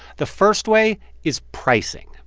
the first way is pricing.